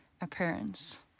appearance